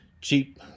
cheap